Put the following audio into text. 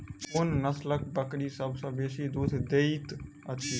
कोन नसलक बकरी सबसँ बेसी दूध देइत अछि?